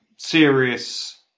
Serious